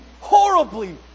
horribly